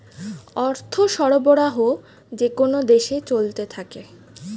অর্থ সরবরাহ যেকোন দেশে চলতে থাকে